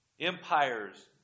empires